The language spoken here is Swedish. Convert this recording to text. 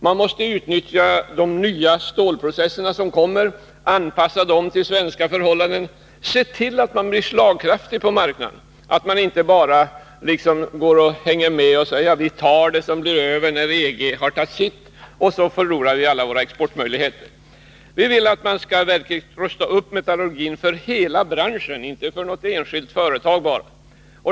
Man måste utnyttja de nya stålprocesserna, anpassa dem till svenska förhållanden, se till att man blir slagkraftig på marknaden. Det duger inte att liksom bara hänga med och säga att vi tar det som blir över när EG har tagit sitt. På det sättet förlorar den svenska stålindustrin sina exportmöjligheter. Vi vill att man skall rusta upp metallurgin för hela branschen, inte bara för något enskilt företag.